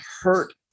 hurt